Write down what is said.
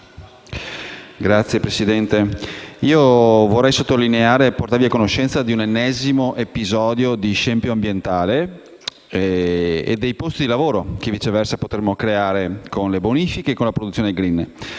Signor Presidente, vorrei sottolineare e portarvi a conoscenza di un ennesimo episodio di scempio ambientale e dei posti di lavoro che, viceversa, potremmo creare con le bonifiche e con la produzione *green*.